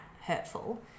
hurtful